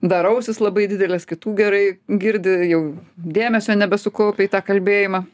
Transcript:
dar ausis labai didelės kitų gerai girdi jau dėmesio nebe sukaupia į tą kalbėjimą